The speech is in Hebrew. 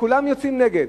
כולם יוצאים נגד.